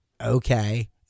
okay